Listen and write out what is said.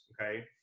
okay